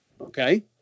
Okay